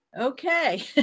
okay